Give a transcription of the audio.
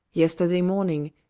yesterday morning,